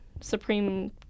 supreme